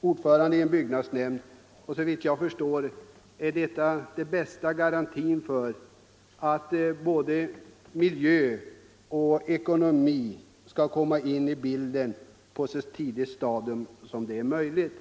ordförande i en byggnadsnämnd måste jag säga att såvitt jag förstår är detta den bästa garantin för att både miljö och ekonomi skall komma in i bilden på ett så tidigt stadium som möjligt.